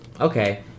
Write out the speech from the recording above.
Okay